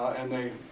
and they,